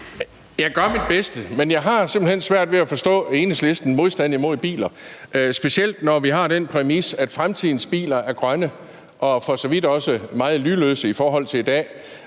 Jeg gør mit bedste, men jeg har simpelt hen svært ved at forstå Enhedslistens modstand imod biler, specielt når vi har den præmis, at fremtidens biler skal være grønne og for så vidt også meget lydløse i forhold til i dag.